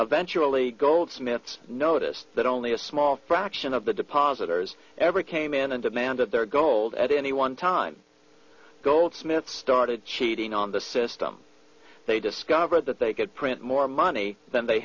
eventually goldsmiths noticed that only a small fraction of the depositors ever came in and demanded their gold at any one time goldsmith started cheating on the system they discovered that they could print more money than they